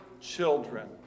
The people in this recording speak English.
children